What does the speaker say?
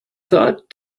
thought